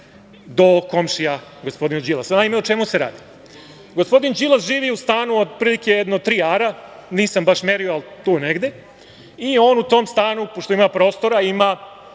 do komšija gospodina Đilasa. Naime, o čemu se radi. Gospodin Đilas živi u stanu otprilike jedno tri ara, nisam baš merio, ali je tu negde i on u tom stanu, pošto ima prostora, ima